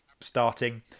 starting